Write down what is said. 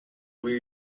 will